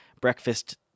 breakfast